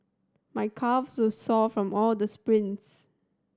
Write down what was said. my calves is sore from all the sprints